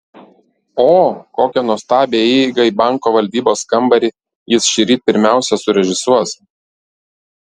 o kokią nuostabią įeigą į banko valdybos kambarį jis šįryt pirmiausia surežisuos